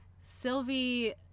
Sylvie